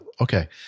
okay